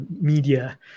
media